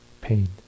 pain